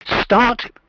start